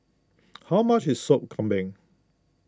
how much is Sop Kambing